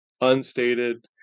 unstated